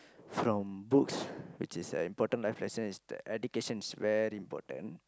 from books which is an important life lesson is that education is very important